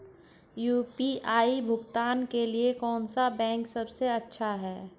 UPI भुगतान के लिए कौन सा बैंक सबसे अच्छा है?